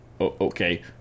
okay